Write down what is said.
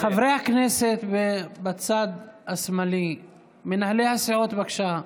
חברי הכנסת בצד השמאלי, מנהלי הסיעות, בבקשה.